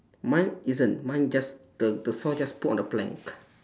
mine isn't mine just the the saw just put on the plank